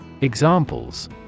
Examples